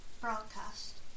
broadcast